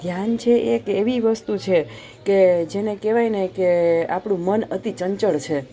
ધ્યાન છે એક એવી વસ્તુ છે કે જેને કહેવાયને કે આપણું મન અતિ ચંચળ છે